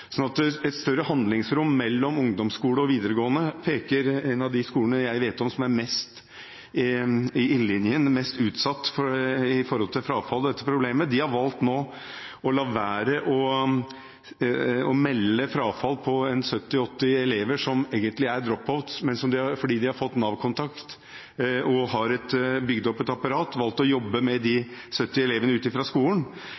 et større handlingsrom mellom ungdomsskole og videregående skole peker seg ut. En av de skolene jeg vet om som er mest i ildlinjen og mest utsatt for frafall og dette problemet, har nå valgt å la være å melde frafall på 70–80 elever som egentlig er drop-out-elever, men fordi de har fått Nav-kontakt og har bygd opp et apparat, har de valgt å jobbe med disse elevene ut ifra skolen.